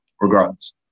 regardless